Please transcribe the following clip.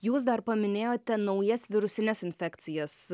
jūs dar paminėjote naujas virusines infekcijas